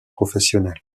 professionnelle